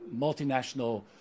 multinational